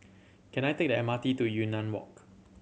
can I take the M R T to Yunnan Walk